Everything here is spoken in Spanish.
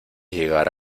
llegar